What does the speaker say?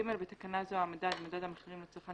בתקנה זו - "המדד" מדד המחירים לצרכן